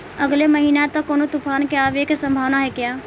अगले महीना तक कौनो तूफान के आवे के संभावाना है क्या?